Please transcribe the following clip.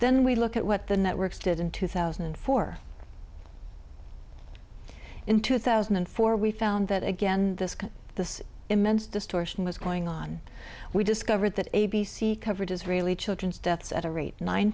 then we look at what the networks did in two thousand and four in two thousand and four we found that again this this immense distortion was going on we discovered that a b c coverage israeli children's deaths at a rate nine